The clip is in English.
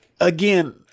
again